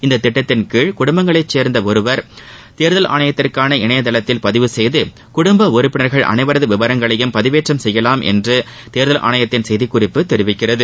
இந்த திட்டத்தின்கீழ் குடும்பத்தைச் சேர்ந்த ஒருவர் தேர்தல் ஆணையத்திற்கான இணைய தளத்தில் பதிவு செய்து குடும்ப உறுப்பினர்கள் அனைவரது விவரங்களையும் பதிவேற்றம் செய்யலாம் என்று தேர்தல் ஆணையத்தின் செய்திக் குறிப்பு தெரிவிக்கிறது